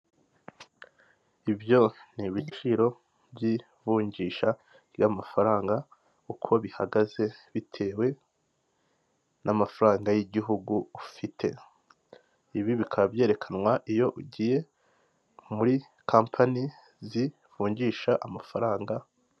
Ibyo ni ibiciro by'ivunjisha ry'amafaranga uko bihagaze bitewe n'amafaranga y'igihugu ufite, ibi bikaba byerekanwa iyo ugiye muri kampani zivunjisha amafaranga.